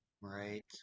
right